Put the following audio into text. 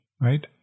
right